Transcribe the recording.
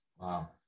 Wow